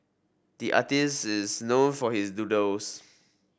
the artist is known for his doodles